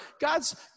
God's